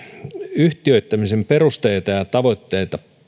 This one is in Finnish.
yhtiöittämisen perusteita ja tavoitteita